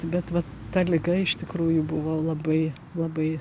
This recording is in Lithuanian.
bet vat ta liga iš tikrųjų buvo labai labai